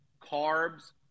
carbs